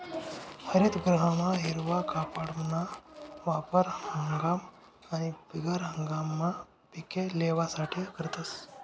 हरितगृहमा हिरवा कापडना वापर हंगाम आणि बिगर हंगाममा पिके लेवासाठे करतस